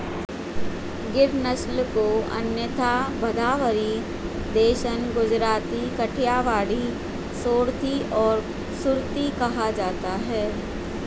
गिर नस्ल को अन्यथा भदावरी, देसन, गुजराती, काठियावाड़ी, सोरथी और सुरती कहा जाता है